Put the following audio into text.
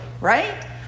right